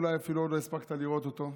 אולי אפילו עוד לא הספקת לראות אותו,